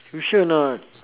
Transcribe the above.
you sure or not